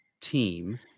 team